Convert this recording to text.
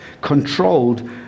controlled